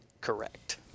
correct